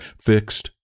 fixed